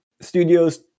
Studios